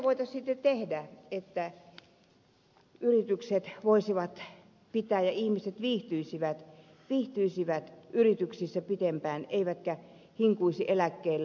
mitä voitaisiin tehdä että yritykset voisivat pitää ihmiset ja nämä viihtyisivät yrityksissä pitempään eivätkä hinkuisi eläkkeelle